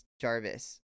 Jarvis